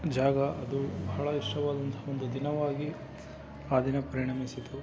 ಜಾಗ ಅದು ಬಹಳ ಇಷ್ಟವಾದಂಥ ಒಂದು ದಿನವಾಗಿ ಆ ದಿನ ಪರಿಣಮಿಸಿತು